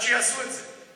עד שיעשו את זה.